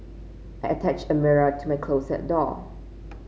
I attached a mirror to my closet door